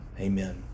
Amen